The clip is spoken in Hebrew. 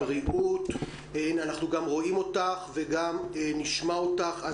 אנחנו גם רואים אותך וגם נשמע אותך.